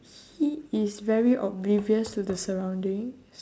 he is very oblivious to the surroundings